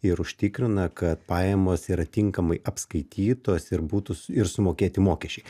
ir užtikrina kad pajamos yra tinkamai apskaitytos ir būtų ir sumokėti mokesčiai